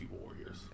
Warriors